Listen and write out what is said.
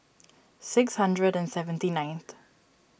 six hundred and seventy nineth